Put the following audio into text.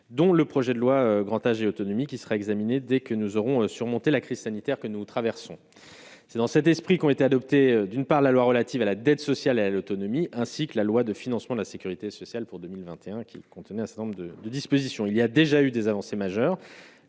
dont le projet de loi grand âge et autonomie, qui sera examiné dès que nous aurons surmonté la crise sanitaire que nous traversons, c'est dans cet esprit qu'ont été adoptés, d'une part, la loi relative à la dette sociale à l'autonomie, ainsi que la loi de financement de la Sécurité sociale pour 2021 qui contenait un certain nombre de de dispositions, il y a déjà eu des avancées majeures,